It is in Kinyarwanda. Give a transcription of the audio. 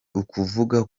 ukuvuga